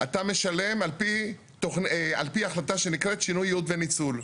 אתה משלם על פי החלטה שנקראת שינוי ייעוד וניצול,